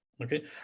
Okay